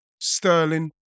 Sterling